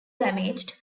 damaged